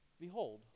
behold